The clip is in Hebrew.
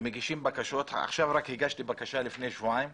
ומגישים בקשות, רק עכשיו לפני שבועיים הגשתי בקשה